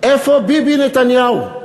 איפה ביבי נתניהו?